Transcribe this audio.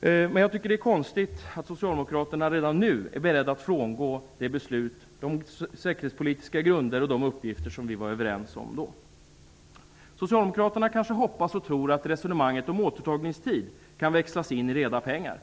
Det är konstigt att Socialdemokraterna redan nu är beredda att frångå det beslut, de säkerhetspolitiska grunder och de uppgifter som vi då var överens om. Socialdemokraterna kanske hoppas och tror att resonemanget om återtagningstid kan växlas in i reda pengar.